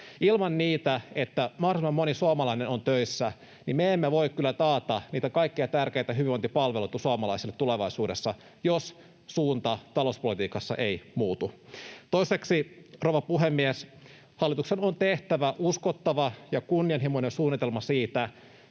Ilman sitä, että mahdollisimman moni suomalainen on töissä, me emme voi kyllä taata niitä kaikkia tärkeitä hyvinvointipalveluita suomalaisille tulevaisuudessa, jos suunta talouspolitiikassa ei muutu. Toiseksi, rouva puhemies, hallituksen on tehtävä uskottava ja kunnianhimoinen suunnitelma siitä,